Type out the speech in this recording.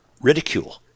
ridicule